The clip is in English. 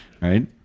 right